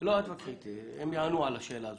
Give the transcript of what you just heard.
הם יענו על השאלה הזאת.